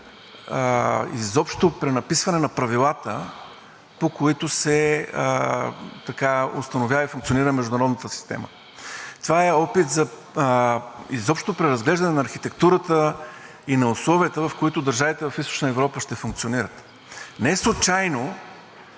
изобщо за пренаписване на правилата, по които се установява и функционира международната система. Това е опит изобщо за преразглеждане на архитектурата и на условията, в които държавите от Източна Европа ще функционират. Неслучайно